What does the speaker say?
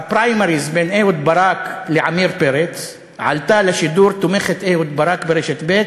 בפריימריז בין אהוד ברק לעמיר פרץ עלתה לשידור תומכת אהוד ברק ברשת ב'